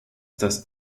das